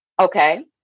Okay